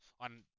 on